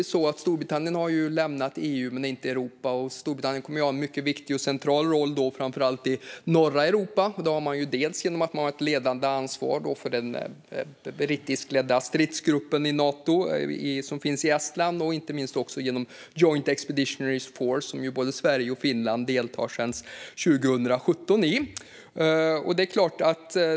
Storbritannien har lämnat EU men inte Europa, och Storbritannien kommer att ha en mycket viktig och central roll framför allt i norra Europa. Det har man genom att man har ett ledande ansvar för den brittiskledda stridsgruppen i Nato som finns i Estland och inte minst genom Joint Expeditionary Force som både Sverige och Finland deltar i sedan 2017.